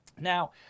Now